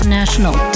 national